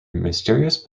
mysterious